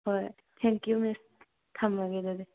ꯍꯣꯏ ꯊꯦꯡꯀꯤꯌꯨ ꯃꯤꯁ ꯊꯝꯃꯒꯦ ꯑꯗꯨꯗꯤ